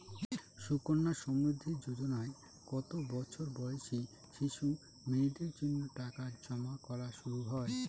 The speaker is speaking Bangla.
সুকন্যা সমৃদ্ধি যোজনায় কত বছর বয়সী শিশু মেয়েদের জন্য টাকা জমা করা শুরু হয়?